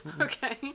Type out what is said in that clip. Okay